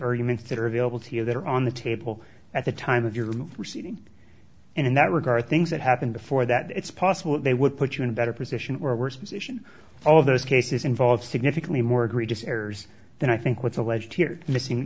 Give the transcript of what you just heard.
arguments that are available to you that are on the table at the time that you're receiving and in that regard things that happened before that it's possible that they would put you in a better position or worse position all of those cases involve significantly more egregious errors then i think what's alleged here missing